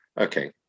okay